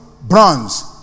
bronze